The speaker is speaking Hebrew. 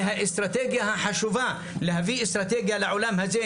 והאסטרטגיה החשובה להביא אסטרטגיה לעולם הזה,